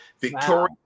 Victoria